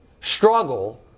struggle